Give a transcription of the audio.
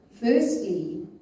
Firstly